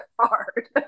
hard